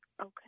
okay